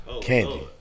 Candy